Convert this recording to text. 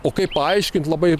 o kaip paaiškint labai